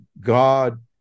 God